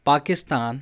Pakistan